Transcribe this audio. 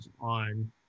on